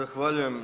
Zahvaljujem.